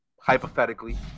hypothetically